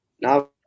Now